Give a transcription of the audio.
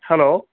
hello